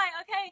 okay